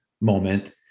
moment